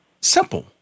simple